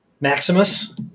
Maximus